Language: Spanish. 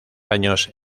años